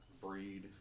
breed